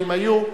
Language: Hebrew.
אם היו.